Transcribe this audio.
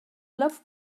love